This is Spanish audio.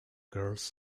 girls